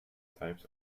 types